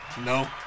No